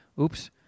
Oops